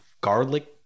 garlic